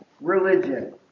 religion